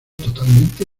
totalmente